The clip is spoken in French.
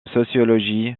sociologie